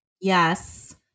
Yes